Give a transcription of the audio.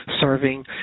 serving